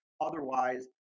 otherwise